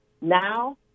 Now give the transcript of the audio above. Now